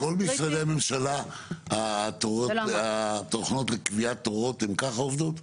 בכל משרדי הממשלה התוכנות לקביעת תורים ככה עובדים?